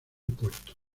puerto